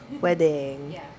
wedding